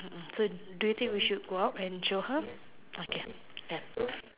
a'ah so do you think we should go out and show her okay ya